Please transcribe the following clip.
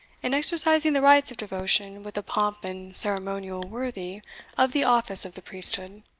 in exercising the rites of devotion with a pomp and ceremonial worthy of the office of the priesthood.